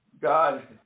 God